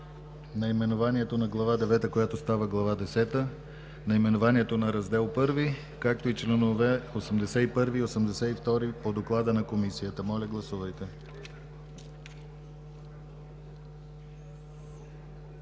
наименованието на Глава девета, която става Глава десета, наименованието на Раздел I, както и членове 81 и 82 по доклада на Комисията. Гласували